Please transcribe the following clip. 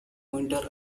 winter